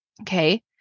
okay